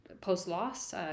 post-loss